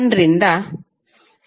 ರಿಂದ ಪ್ರಾರಂಭಿಸೋಣ